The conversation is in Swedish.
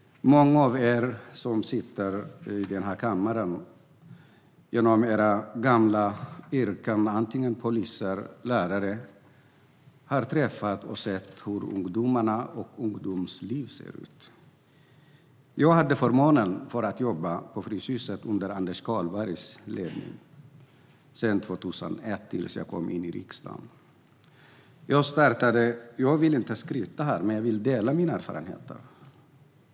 Många av er som sitter här i kammaren har genom era gamla yrken, antingen poliser eller lärare, träffat ungdomar och sett hur ungdomslivet ser ut. Jag hade förmånen att jobba på Fryshuset under Anders Carlbergs ledning från 2001 tills jag kom in i riksdagen. Jag vill inte skryta, men jag vill dela med mig av mina erfarenheter.